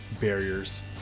barriers